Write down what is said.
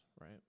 right